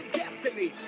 destiny